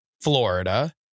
Florida